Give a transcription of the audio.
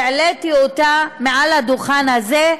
והעליתי אותה מעל הדוכן הזה,